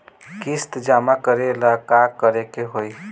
किस्त जमा करे ला का करे के होई?